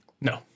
No